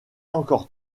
encore